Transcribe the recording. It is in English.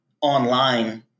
online